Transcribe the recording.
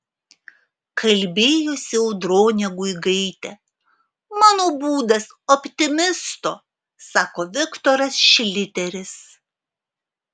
kalbėjosi audronė guigaitė mano būdas optimisto sako viktoras šliteris